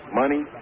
money